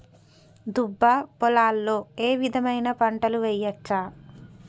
దుబ్బ పొలాల్లో ఏ విధమైన పంటలు వేయచ్చా?